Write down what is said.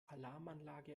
alarmanlage